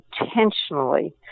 intentionally